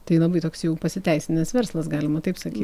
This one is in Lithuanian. tai labai toks jau pasiteisinęs verslas galima taip sakyt